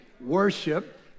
worship